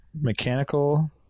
Mechanical